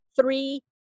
three